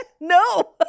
No